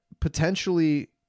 potentially